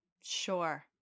Sure